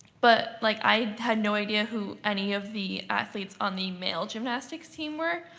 but like i had no idea who any of the athletes on the male gymnastics team were.